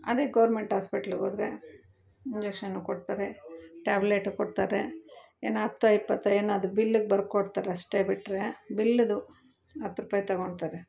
ಅದೆ ಗೋರ್ಮೆಂಟ್ ಹಾಸ್ಪಿಟ್ಲಿಗೆ ಹೋದ್ರೆ ಇಂಜೆಕ್ಷನು ಕೊಡ್ತಾರೆ ಟ್ಯಾಬ್ಲೆಟು ಕೊಡ್ತಾರೆ ಏನು ಹತ್ತು ಇಪ್ಪತ್ತು ಏನು ಅದು ಬಿಲ್ಗೆ ಬರ್ಕೊಡ್ತಾರಷ್ಟೆ ಬಿಟ್ಟರೆ ಬಿಲ್ದು ಹತ್ತು ರೂಪಾಯಿ ತಗೊತಾರೆ